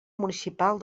municipal